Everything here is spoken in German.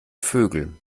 vögel